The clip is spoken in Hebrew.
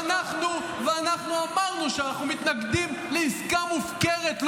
ואנחנו אמרנו שאנחנו מתנגדים לעסקה מופקרת.